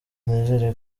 nizere